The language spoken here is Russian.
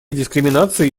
дискриминации